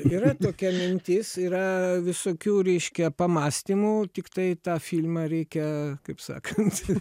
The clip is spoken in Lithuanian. yra tokia mintis yra visokių reiškia pamąstymų tiktai tą filmą reikia kaip sakant